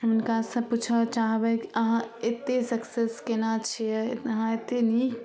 हुनकासँ पुछऽ चाहबै कि अहाँ एतेक सक्सेस कोना छिए अहाँ एतेक नीक